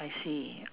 I see